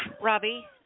Robbie